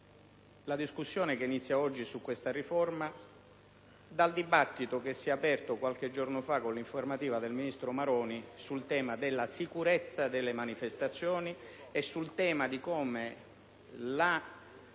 la discussione che si avvia oggi sulla riforma e il dibattito che si è aperto qualche giorno fa con l'informativa del ministro Maroni sul tema della sicurezza delle manifestazioni e sul modo in cui le